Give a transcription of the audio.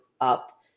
up